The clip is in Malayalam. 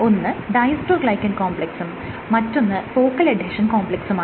ഒന്ന് ഡയ്സ്ട്രോഗ്ലൈകെൻ കോംപ്ലെക്സും മറ്റൊന്ന് ഫോക്കൽ എഡ്ഹെഷൻ കോംപ്ലെക്സുമാണ്